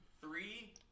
Three